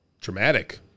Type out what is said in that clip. traumatic